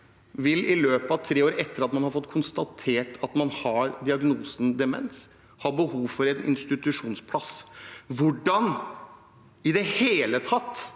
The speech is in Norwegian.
vil i løpet av tre år etter at man har fått konstatert at man har diagnosen demens, ha behov for en institusjonsplass. Med det lite